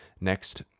next